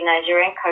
Nigerian